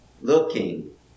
looking